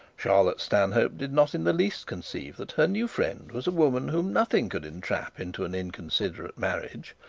charlotte stanhope did not in the least conceive that her new friend was a woman whom nothing could entrap into an inconsiderate marriage,